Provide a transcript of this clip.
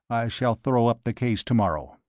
i shall throw up the case to-morrow.